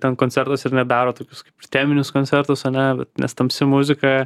ten koncertus ir jinai daro tokius kaip ir teminius koncertus ane vat nes tamsi muzika